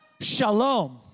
Shalom